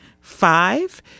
Five